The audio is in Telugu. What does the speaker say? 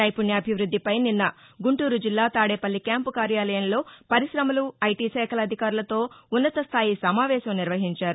నైపుణ్యాభివృద్దిపై నిన్న గుంటూరు జిల్లా తాదేపల్లి క్యాంపు కార్యాలయంలో పరిశమలు ఐటీ శాఖల అధికారులతో ఉన్నత స్థాయి సమావేశం నిర్వహించారు